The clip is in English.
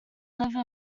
live